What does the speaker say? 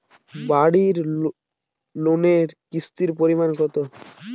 বাড়ি লোনে কিস্তির পরিমাণ কত?